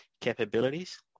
capabilities